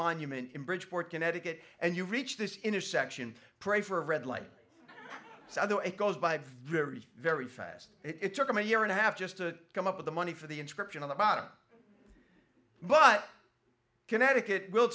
monument in bridgeport connecticut and you reach this intersection pray for a red light so i know it goes by very very fast it took them a year and a half just to come up with the money for the inscription on the bottom but connecticut will